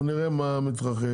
נראה מה מתרחש,